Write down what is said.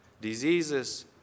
diseases